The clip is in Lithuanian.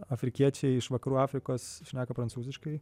afrikiečiai iš vakarų afrikos šneka prancūziškai